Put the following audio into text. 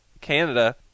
Canada